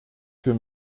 für